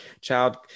child